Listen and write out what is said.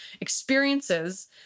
experiences